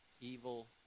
evil